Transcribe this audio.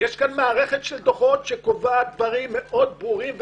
יש כאן מערכת דוחות שקובעת דברים מאוד ברורים וחדים,